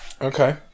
okay